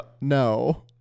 no